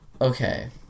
Okay